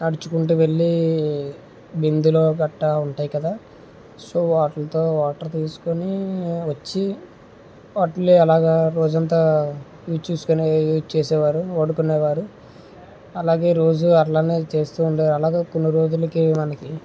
నడుచుకుంటూ వెళ్ళి బిందెలు గట్ట ఉంటాయి కదా సో వాటితో వాటర్ తీసుకుని వచ్చి అట్లే అలాగా రోజంతా చూసుకొని యూజ్ చేసేవారు వాడుకునేవారు అలాగే రోజూ అలానే చేస్తుండే అలాగే కొన్ని రోజులకి మనకు